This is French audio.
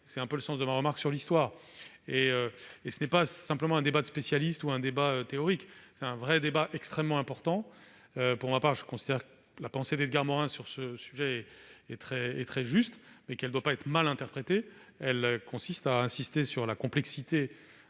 C'est pourquoi j'ai fait cette remarque sur l'histoire. Ce n'est pas simplement un débat de spécialistes ou un débat théorique : c'est une question vraiment importante. Pour ma part, je considère que la pensée d'Edgar Morin sur ce sujet est très juste, mais qu'elle ne doit pas être mal interprétée : elle consiste à insister sur la complexité